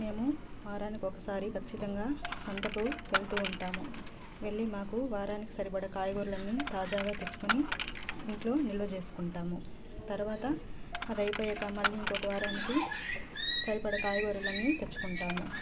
మేము వారానికి ఒకసారి ఖచ్చితంగా సంతకు వెళుతు ఉంటాము వెళ్ళి మాకు వారానికి సరిపడే కాయగూరలను తాజాగా తెచ్చుకొని ఇంట్లో నిల్వ చేసుకుంటాము తర్వాత అదైపోయాక మళ్ళి ఇంకొక వారానికి సరిపడే కాయగూరలు అన్నీ తెచ్చుకుంటాము